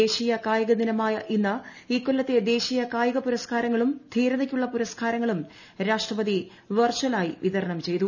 ദേശീയ കായിക ദിനമായ ഇന്ന് ഇക്കൊല്ലത്തെ ദേശീയ കായിക പുരസ്കാരങ്ങളും ധീരതയ് ക്കുള്ള പുരസ്കാരങ്ങളും രാഷ്ട്രപതി വെർചൽ ആയി വിതരണം ചെയ്തു